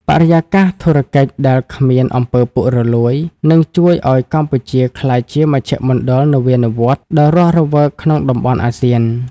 បរិយាកាសធុរកិច្ចដែលគ្មាន អំពើពុករលួយ នឹងជួយឱ្យកម្ពុជាក្លាយជា "មជ្ឈមណ្ឌលនវានុវត្តន៍" ដ៏រស់រវើកក្នុងតំបន់អាស៊ាន។